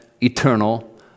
eternal